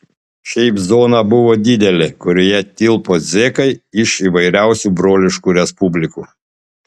šiaip zona buvo didelė kurioje tilpo zekai iš įvairiausių broliškų respublikų